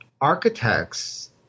architects